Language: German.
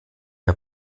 der